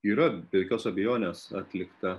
yra be jokios abejonės atlikta